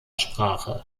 sprache